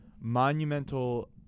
monumental